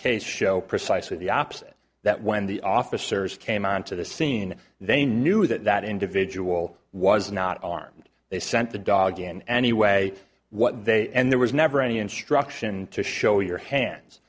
case show precisely the opposite that when the officers came on to the scene they knew that that individual was not armed they sent the dog in anyway what they and there was never any instruction to show your hands